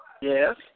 Yes